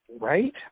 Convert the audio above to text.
Right